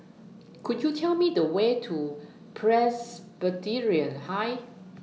Could YOU Tell Me The Way to Presbyterian High